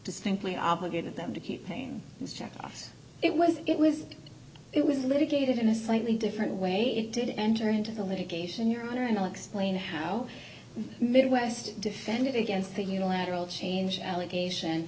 distinctly obligated them to keep paying his check it was it was it was litigated in a slightly different way it did enter into the litigation your honor and i'll explain how midwest defended against the unilateral change allegation